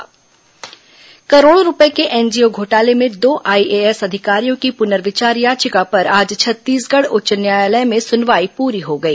high court NGO घोटाला करोड़ों रूपये के एनजीओ घोटाले में दो आईएएस अधिकारियों की पुनर्विचार याचिका पर आज छत्तीसगढ़ उच्च न्यायालय में सुनवाई पूरी हो गई